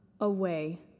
away